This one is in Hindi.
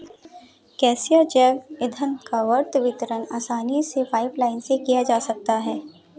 गैसीय जैव ईंधन का सर्वत्र वितरण आसानी से पाइपलाईन से किया जा सकता है